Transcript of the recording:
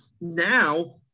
now